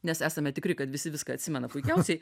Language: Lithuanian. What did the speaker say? nes esame tikri kad visi viską atsimena puikiausiai